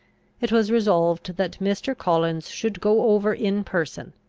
it was resolved that mr. collins should go over in person,